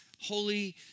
holy